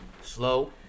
Slow